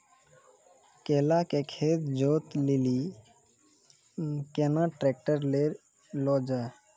केला के खेत जोत लिली केना ट्रैक्टर ले लो जा?